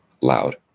Loud